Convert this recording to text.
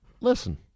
Listen